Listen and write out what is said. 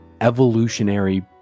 evolutionary